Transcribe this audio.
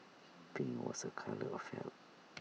pink was A colour of health